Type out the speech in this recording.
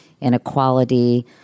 inequality